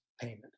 payment